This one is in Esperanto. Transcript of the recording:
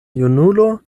junulo